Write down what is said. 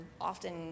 often